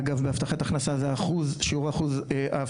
אגב הבטחת הכנסה זה אחוז שיעור האבטלה